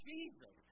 Jesus